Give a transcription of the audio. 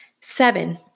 Seven